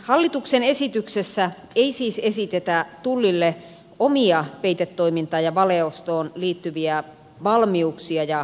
hallituksen esityksessä ei siis esitetä tullille omia peitetoimintaan ja valeostoon liittyviä valmiuksia ja organisaatioita